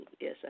Yes